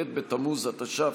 ב' בתמוז התש"ף,